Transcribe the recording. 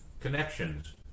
connections